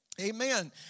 Amen